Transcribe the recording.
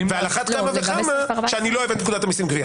על אחת כמה וכמה שאני לא אוהב את פקודת המיסים (גבייה).